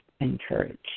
encourage